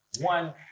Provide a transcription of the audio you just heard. one